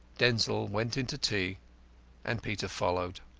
denzil went in to tea and peter followed.